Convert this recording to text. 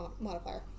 modifier